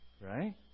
Right